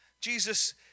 Jesus